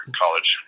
college